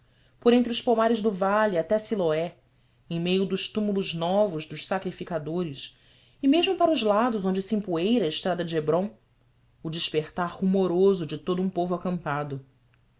por entre os pomares do vale até siloé em meio dos túmulos novos dos sacrificadores e mesmo para os lados onde se empoeira a estrada de hébron o despertar rumoroso de todo um povo acampado